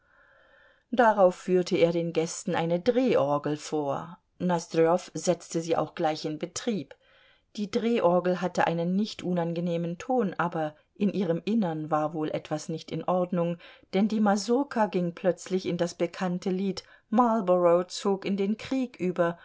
darauf führte er den gästen eine drehorgel vor nosdrjow setzte sie auch gleich in betrieb die drehorgel hatte einen nicht unangenehmen ton aber in ihrem innern war wohl etwas nicht in ordnung denn die mazurka ging plötzlich in das bekannte lied marlborough zog in den krieg über